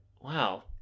Wow